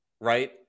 right